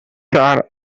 are